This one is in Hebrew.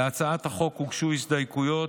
להצעת החוק הוגשו הסתייגויות